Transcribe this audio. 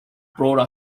brought